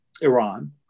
Iran